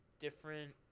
different